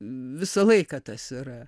visą laiką tas yra